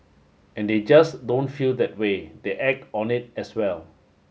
and they just don't feel that way they act on it as well